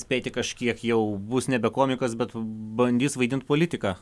spėti kažkiek jau bus nebe komikas bet bandys vaidint politiką